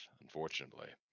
unfortunately